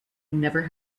never